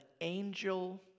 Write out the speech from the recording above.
angel